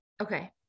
Okay